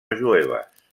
jueves